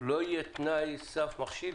לא יהיה תנאי סף מכשיל?